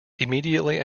immediately